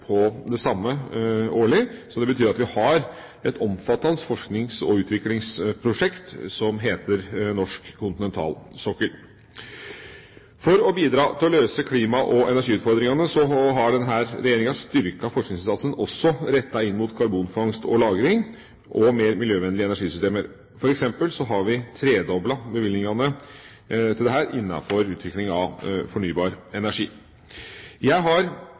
årlig på det samme. Det betyr at vi har et omfattende forsknings- og utviklingsprosjekt som heter norsk kontinentalsokkel. For å bidra til å møte klima- og energiutfordringene har denne regjeringa styrket forskningsinnsatsen, også rettet inn mot karbonfangst og -lagring og mer miljøvennlige energisystemer. For eksempel har vi tredoblet bevilgningene til forskning og utvikling innenfor fornybar energi. Jeg har